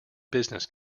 business